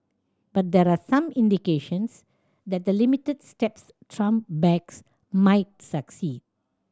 but there are some indications that the limited steps Trump backs might succeed